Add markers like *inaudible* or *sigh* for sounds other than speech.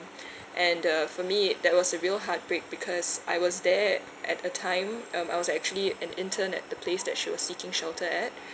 *breath* and uh for me that was a real heartbreak because I was there at the time um I was actually an intern at the place that she was seeking shelter at